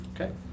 Okay